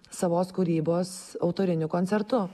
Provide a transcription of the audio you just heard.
savos kūrybos autoriniu koncertu